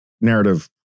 narrative